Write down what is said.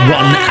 one